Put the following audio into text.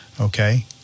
Okay